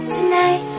Tonight